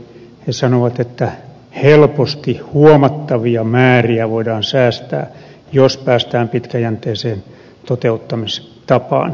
he sanovat että helposti huomattavia määriä voidaan säästää jos päästään pitkäjänteiseen toteuttamistapaan